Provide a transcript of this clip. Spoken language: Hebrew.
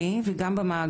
ובגלל